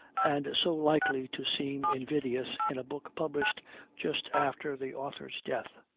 and so likely to seem invidious in a book published just after the author's death,